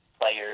players